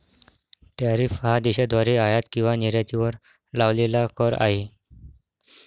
tariff हा देशाद्वारे आयात किंवा निर्यातीवर लावलेला कर आहे